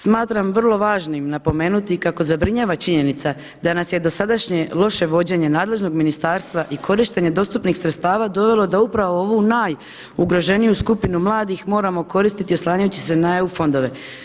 Smatram vrlo važnim napomenuti kako zabrinjava činjenica da nas je dosadašnje loše vođenje nadležnog ministarstva i korištenje dostupnih sredstava dovelo da upravo ovu najugroženiju skupinu mladih moramo koristiti oslanjajući se na EU fondove.